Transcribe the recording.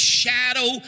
shadow